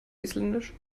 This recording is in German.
isländisch